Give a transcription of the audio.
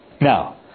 now